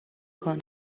کنم